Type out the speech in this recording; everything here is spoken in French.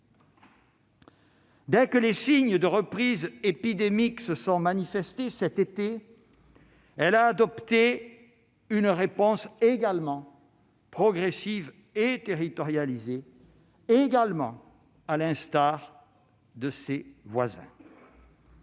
Dès que les signes de reprise épidémique se sont manifestés cet été, elle a adopté une réponse également progressive et territorialisée, toujours à l'instar de ses voisins.